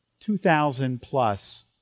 2,000-plus